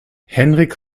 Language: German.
henrik